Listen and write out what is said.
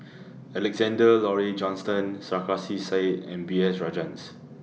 Alexander Laurie Johnston Sarkasi Said and B S Rajhans